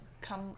come